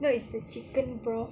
no it's the chicken broth